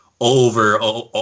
over